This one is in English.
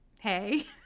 hey